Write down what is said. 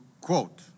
quote